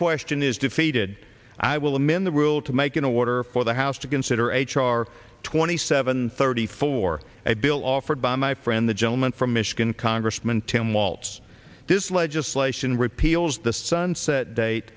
question is defeated i will i'm in the rule to make in order for the house to consider h r twenty seven thirty four a bill offered by my friend the gentleman from michigan congressman tim waltz this legislation repeal is the sunset date